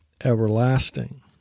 everlasting